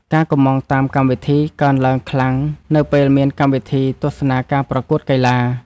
ការកុម្ម៉ង់តាមកម្មវិធី កើនឡើងខ្លាំងនៅពេលមានកម្មវិធីទស្សនាការប្រកួតកីឡា។